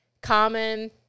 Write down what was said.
common